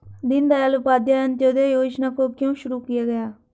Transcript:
दीनदयाल उपाध्याय अंत्योदय योजना को क्यों शुरू किया गया?